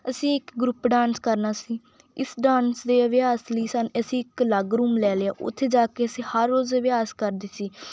ਅਸੀਂ ਇੱਕ group dance ਕਰਨਾ ਸੀ ਇਸ ਡਾਂਸ ਦੇ ਅਭਿਆਸ ਲਈ ਸਾਨ ਅਸੀਂ ਇੱਕ ਅਲੱਗ ਰੂਮ ਲੈ ਲਿਆ ਉੱਥੇ ਜਾ ਕੇ ਅਸੀਂ ਹਰ ਰੋਜ਼ ਅਭਿਆਸ ਕਰਦੇ ਸੀ